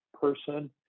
person